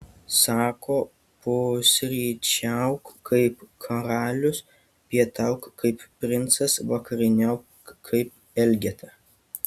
sako pusryčiauk kaip karalius pietauk kaip princas vakarieniauk kaip elgeta